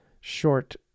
short